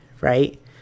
right